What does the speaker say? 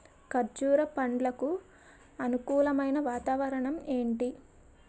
కర్బుజ పండ్లకు అనుకూలమైన వాతావరణం ఏంటి?